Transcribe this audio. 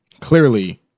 clearly